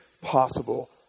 possible